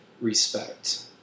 respect